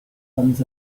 runs